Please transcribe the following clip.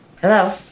Hello